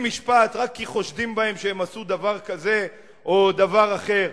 משפט רק כי חושדים בהם שהם עשו דבר כזה או דבר אחר,